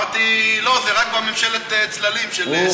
אמרתי: לא, זה רק בממשלת צללים של סתיו.